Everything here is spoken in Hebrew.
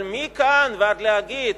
אבל מכאן ועד להגיד